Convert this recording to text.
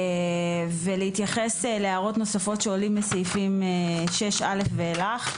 בסעיפים ולהתייחס להערות נוספות שעולים מסעיפים 6א ואילך,